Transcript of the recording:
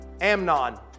Amnon